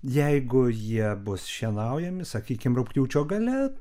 jeigu jie bus šienaujami sakykim rugpjūčio gale